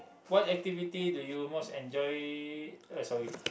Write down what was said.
what activity do you most enjoy oh sorry